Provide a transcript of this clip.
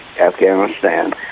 Afghanistan